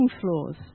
floors